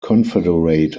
confederate